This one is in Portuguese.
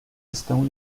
estão